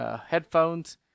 headphones